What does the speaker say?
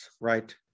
right